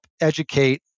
educate